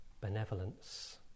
benevolence